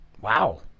wow